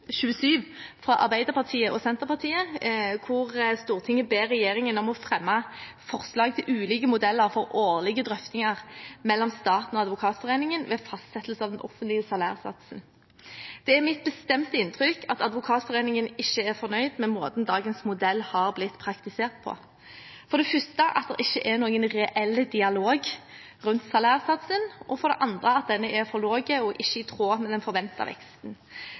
27 fra Arbeiderpartiet og Senterpartiet, om å be regjeringen fremme forslag til ulike modeller for årlige drøftinger mellom staten og Advokatforeningen ved fastsettelsen av den offentlige salærsatsen. Det er mitt bestemte inntrykk at Advokatforeningen ikke er fornøyd med måten dagens modell har blitt praktisert på – for det første at det ikke er noen reell dialog rundt salærsatsen, og for det andre at denne er for lav og ikke i tråd med den forventede veksten.